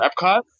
Epcot